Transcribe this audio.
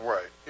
Right